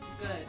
Good